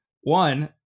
One